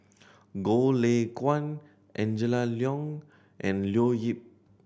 Goh Lay Kuan Angela Liong and Leo Yip